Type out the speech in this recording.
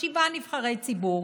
כשבעה נבחרי ציבור.